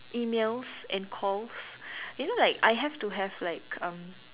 emails and calls you know like I have to have like um